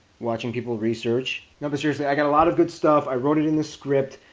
watching people research. no but seriously, i gotta a lot of good stuff. i wrote it in the script.